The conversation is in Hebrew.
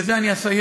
ובזה אני אסיים,